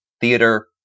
theater